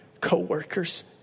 co-workers